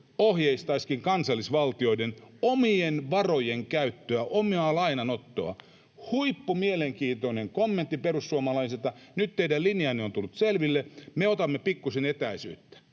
ohjeistaisikin kansallisvaltioiden omien varojen käyttöä, omaa lainanottoa. Huippumielenkiintoinen kommentti perussuomalaisilta. Nyt teidän linjanne on tullut selville. Me otamme pikkusen etäisyyttä.